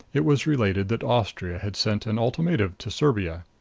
it was related that austria had sent an ultimatum to serbia.